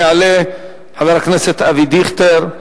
יעלה חבר הכנסת אבי דיכטר.